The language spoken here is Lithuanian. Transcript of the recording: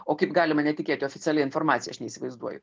o kaip galima netikėti oficialia informacija aš neįsivaizduoju